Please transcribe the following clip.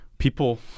people